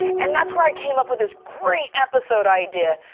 and that's where i came up with this great episode idea.